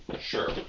Sure